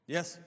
Yes